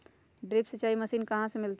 Drip सिंचाई machine कहाँ से मिलतै?